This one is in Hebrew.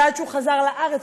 ועד שהוא חזר לארץ,